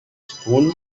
spoon